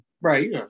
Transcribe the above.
Right